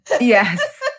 Yes